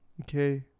Okay